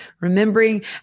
remembering